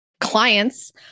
clients